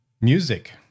music